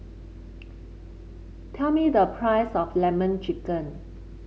tell me the price of lemon chicken